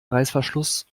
reißverschluss